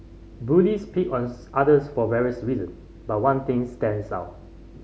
bullies pick on others for various reason but one thing stands out